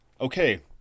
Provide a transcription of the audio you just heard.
okay